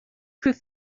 prove